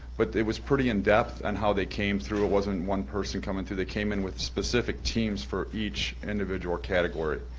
but it was pretty in-depth in and how they came through. it wasn't one person coming through. they came in with specific teams for each individual category.